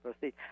proceed